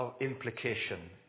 implication